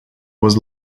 was